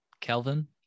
Kelvin